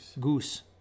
Goose